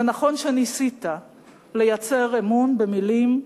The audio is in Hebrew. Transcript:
זה נכון שניסית לייצר אמון במלים,